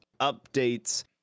updates